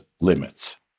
limits